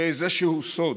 באיזשהו סוד.